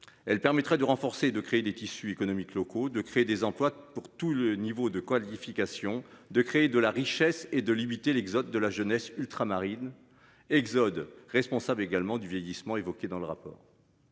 Elle permettrait de renforcer, de créer des tissus économiques locaux de créer des emplois pour tout le niveau de qualification, de créer de la richesse et de limiter l'exode de la jeunesse ultramarine exode responsable également du vieillissement évoqués dans le rapport.--